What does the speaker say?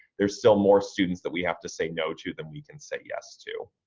there's still more students that we have to say no to that we can say yes to.